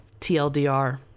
tldr